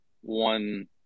one